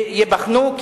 ייבחנו,